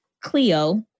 cleo